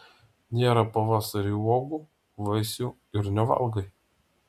nėra pavasarį uogų vaisių ir nevalgai